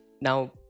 Now